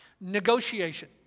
negotiation